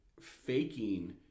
faking